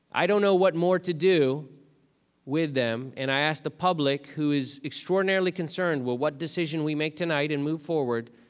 i don't know what more to do with them. and i asked the public who is extraordinarily concerned. well, what decision we make tonight and move forward,